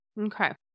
Okay